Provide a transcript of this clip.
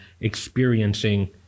experiencing